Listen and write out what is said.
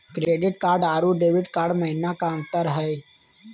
Credit card अरू debit card महिना का अंतर हई?